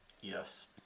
yes